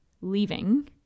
leaving